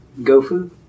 GoFu